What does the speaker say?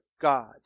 God